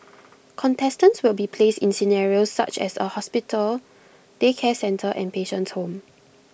contestants will be placed in scenarios such as A hospital daycare centre and patient's home